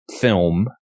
film